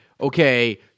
okay